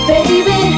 Baby